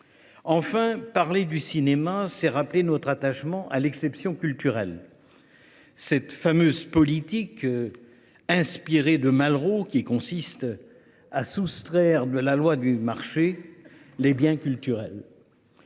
Enfin, parler du cinéma, c’est rappeler notre attachement à l’exception culturelle, cette fameuse politique inspirée de Malraux qui consiste à soustraire de la loi du marché les biens culturels.